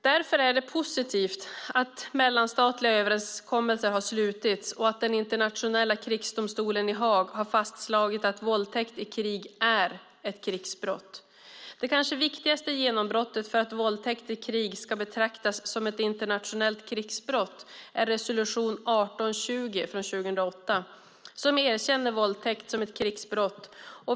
Därför är det positivt att mellanstatliga överenskommelser har slutits och att den internationella krigsdomstolen i Haag har fastslagit att våldtäkt i krig är ett krigsbrott. Det kanske viktigaste genombrottet för att våldtäkt i krig ska betraktas som ett internationellt krigsbrott är resolution 1820 från 2008 som erkänner våldtäkt som ett krigsbrott.